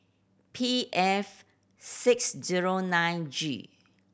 P F six zero nine G